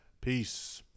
Peace